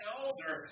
elder